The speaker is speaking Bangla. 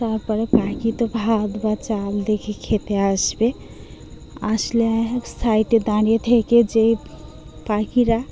তারপরে পাখি তো ভাত বা চাল দেখে খেতে আসবে আসলে এক সাইডে দাঁড়িয়ে থেকে যেই পাখিরা